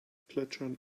plätschern